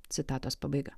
citatos pabaiga